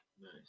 nice